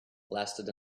lasted